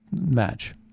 match